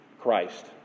Christ